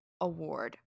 Award